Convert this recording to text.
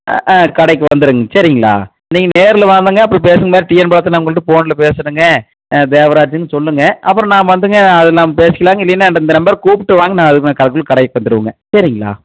on ஆன் கடைக்கு வந்துருங்க சரிங்களா நீங்கள் நேரில் வாங்கங்க அப்புறம் பேசும்போது டிஎன் பாளையத்து நாங்கள் உங்கள்கிட்ட போனில் பேசுனேன்ங்க தேவராஜ்ன்னு சொல்லுங்கள் அப்புறம் நாம வந்துங்க அது நம்ம பேசிக்கலாம்ங்க இல்லைன்னா இந்த நம்பருக்கு கூப்பிட்டுவாங்க நான் அதுக்கு கடைக்கு வந்துருவேன்ங்க சரிங்களா